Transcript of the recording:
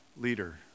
leader